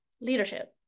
leadership